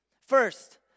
First